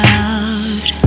out